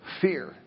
Fear